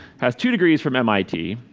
has two degrees from mit,